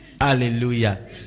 Hallelujah